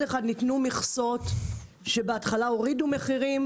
אחד ניתנו מכסות שבהתחלה הורידו מחירים,